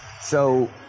So-